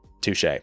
touche